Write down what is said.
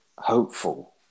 hopeful